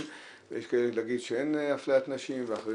יש כאלה שיגידו שאין אפליית נשים ואחרים